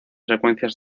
secuencias